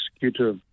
executor